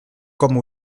comme